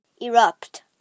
Erupt